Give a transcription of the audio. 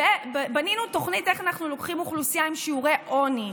בנינו תוכנית על איך אנחנו לוקחים אוכלוסייה עם שיעורי עוני,